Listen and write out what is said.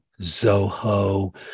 Zoho